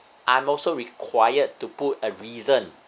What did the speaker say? I'm also required to put a reason